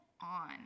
on